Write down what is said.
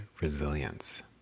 resilience